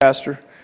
Pastor